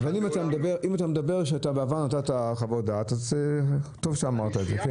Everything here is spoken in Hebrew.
אבל אם בעבר נתת חוות דעת, אז טוב שאמרת את זה.